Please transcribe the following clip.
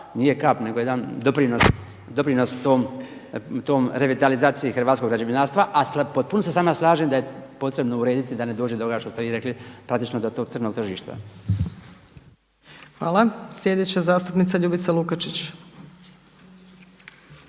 nije kap nego jedan doprinos toj revitalizaciji hrvatskog građevinarstva. A potpuno se s vama slažem da je potrebno urediti da ne dođe do ovog što ste vi rekli praktično do tog crnog tržišta. **Opačić, Milanka (SDP)** Hvala. Sljedeća zastupnica Ljubica Lukačić.